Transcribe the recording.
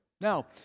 Now